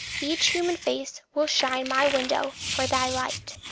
each human face will shine my window for thy light.